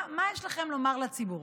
מה יש לכם לומר לציבור?